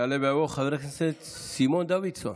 יעלה ויבוא חבר הכנסת סימון דוידסון,